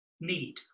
need